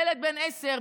ילד בן 10,